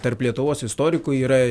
tarp lietuvos istorikų yra